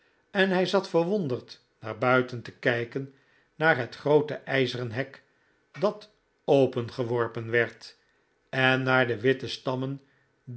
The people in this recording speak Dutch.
en hij zat verwonderd naar buiten te kijken naar het groote ijzeren hek dat opengeworpen werd en naar de witte stammen